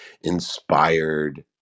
inspired